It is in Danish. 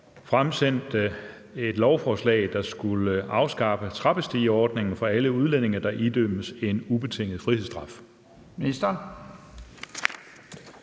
fremsatte et lovforslag, der skulle afskaffe trappestigeordningen for alle udlændinge, der idømmes en ubetinget frihedsstraf?